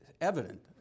evident